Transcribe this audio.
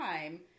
time